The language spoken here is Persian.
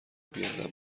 بیادب